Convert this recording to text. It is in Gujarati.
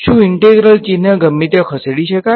શું ઈંટેગ્રલ ચિહ્ન ગમે ત્યાં ખસેડી શકાય